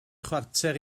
chwarter